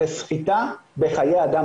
זו סחיטה בחיי אדם.